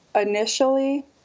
initially